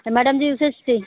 अरे मैडम जी